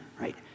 right